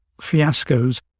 fiascos